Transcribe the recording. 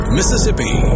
Mississippi